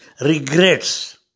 regrets